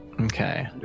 Okay